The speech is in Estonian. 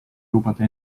lubada